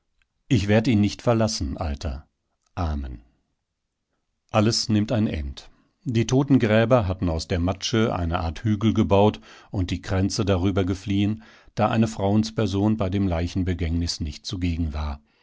ich werd ihn nicht verlassen alter amen alles nimmt ein end die totengräber hatten aus der matsche eine art hügel gebaut und die kränze drübergefliehen drübergefliehen vleien flaien im sinne von putzen schmücken da eine frauensperson bei dem leichenbegängnis nicht zugegen war